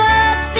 up